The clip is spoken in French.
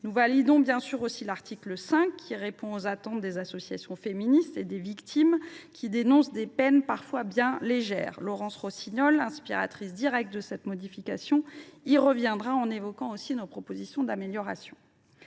Nous soutenons bien évidemment l’article 5, qui répond aux attentes des associations féministes et des victimes, lesquelles dénoncent des peines parfois bien légères. Laurence Rossignol, inspiratrice directe de cette modification, y reviendra, en évoquant nos propositions d’amélioration